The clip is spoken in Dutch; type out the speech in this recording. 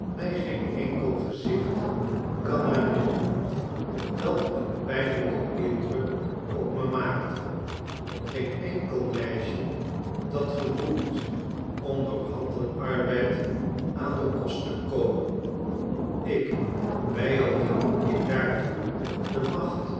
mi geen enkel gezicht kan herinneren dat een pijnlljken indruk op me maakte geen enkel meisje dat gedoemd om door handenarbeid aan den kosttekomen ik baldien ik daartoe de macht